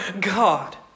God